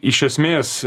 iš esmės